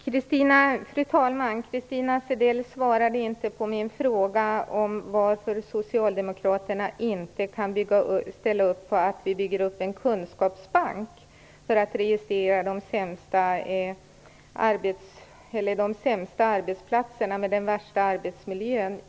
Fru talman! Christina Zedell svarade inte på min fråga om varför socialdemokraterna inte kan ställa sig bakom att vi bygger upp en kunskapsbank för att registrera de sämsta arbetsplatserna, med den värsta arbetsmiljön.